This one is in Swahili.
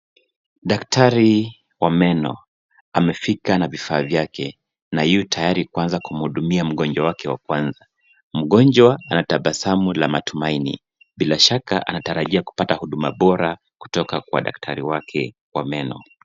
Daktari wa meno amefika na vifaa vyake na yu tayari kuanza kumhudumia mgonjwa wake wa kwanza. Mgonjwa ana tabasamu la matumaini. Bila shaka anatarajia kupata huduma bora kutoka kwa dakatari wake wa meno.